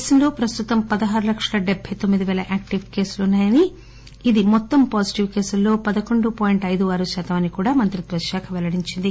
దేశంలో ప్రస్తుతం పదహారు లక్షల డెల్చై తొమ్మిది పేల యాక్టివ్ కేసులు ఉన్నాయని ఇది మొత్తం పాజిటివ్ కేసులలో పదకొండు పాయింట్ అయిదు ఆరు శాతం అని కూడా మంత్రిత్వశాఖ పెల్లడించింది